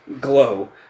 glow